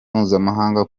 mpuzamahanga